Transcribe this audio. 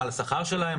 על השכר שלהם,